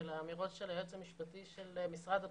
ולאמירות של היועץ המשפטי של משרד הפנים.